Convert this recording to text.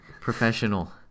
Professional